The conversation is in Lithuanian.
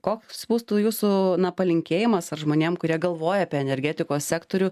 koks būtų jūsų na palinkėjimas ar žmonėm kurie galvoja apie energetikos sektorių